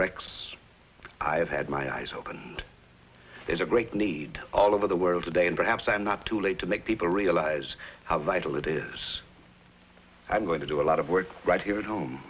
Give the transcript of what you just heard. rex i've had my eyes open and there's a great need all over the world today and perhaps i'm not too late to make people realize how vital it is i'm going to do a lot of work right here at home